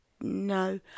No